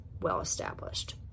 well-established